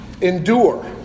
endure